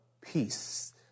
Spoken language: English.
peace